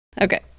Okay